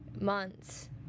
months